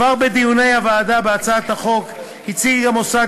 כבר בדיוני הוועדה בהצעת החוק הציג המוסד